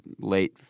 late